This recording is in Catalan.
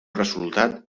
resultat